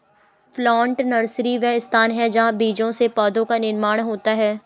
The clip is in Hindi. प्लांट नर्सरी वह स्थान है जहां बीजों से पौधों का निर्माण होता है